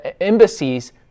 embassies